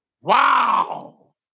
Wow